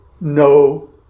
no